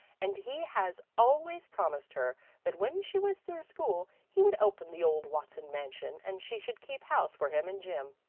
and he has always promised her that when she was through school he would open the old watson mansion and she should keep house for him and jim.